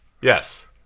Yes